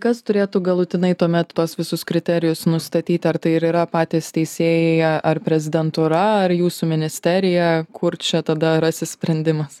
kas turėtų galutinai tuomet tuos visus kriterijus nustatyti ar tai ir yra patys teisėjai ar prezidentūra ar jūsų ministerija kur čia tada rasis sprendimas